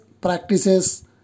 practices